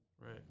Right